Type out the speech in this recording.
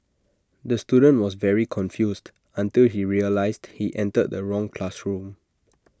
the student was very confused until he realised he entered the wrong classroom